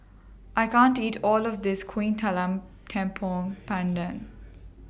I can't eat All of This Kuih Talam Tepong Pandan